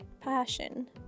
passion